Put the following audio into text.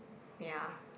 ya